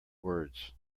words